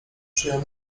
przyjął